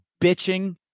bitching